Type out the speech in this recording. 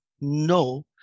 No